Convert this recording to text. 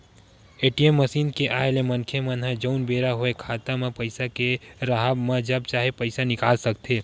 ATM machine के आय ले मनखे मन ह जउन बेरा होय खाता म पइसा के राहब म जब चाहे पइसा निकाल सकथे